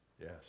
Yes